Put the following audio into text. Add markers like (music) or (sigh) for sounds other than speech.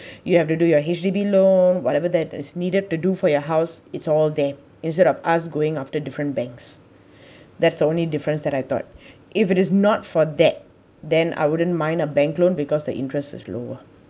you have to do your H_D_B loan whatever that is needed to do for your house it's all there instead of us going after different banks (breath) that's only difference that I thought if it is not for that then I wouldn't mind a bank loan because the interest is lower